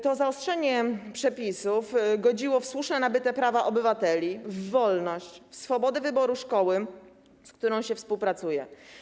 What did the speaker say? To zaostrzenie przepisów godziło w słusznie nabyte prawa obywateli, w wolność, swobodę wyboru szkoły, z którą się współpracuje.